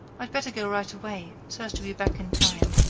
i'd better go right away, so as to be back in time.